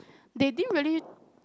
they didn't really